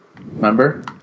Remember